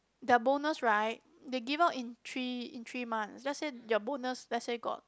their bonus right they give out in three in three months lets say your bonus lets say got